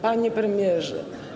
Panie Premierze!